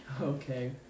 Okay